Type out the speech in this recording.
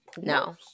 no